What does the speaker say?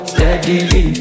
Steady